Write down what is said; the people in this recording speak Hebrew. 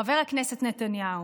חבר הכנסת נתניהו,